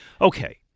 Okay